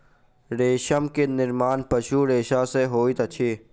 रेशम के निर्माण पशु रेशा सॅ होइत अछि